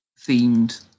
themed